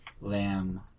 Lamb